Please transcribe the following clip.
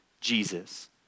Jesus